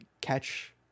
catch